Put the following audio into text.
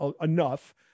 enough